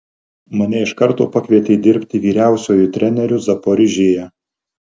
mane iš karto pakvietė dirbti vyriausiuoju treneriu zaporižėje